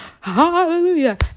hallelujah